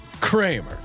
Kramer